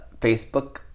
Facebook